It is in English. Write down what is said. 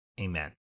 Amen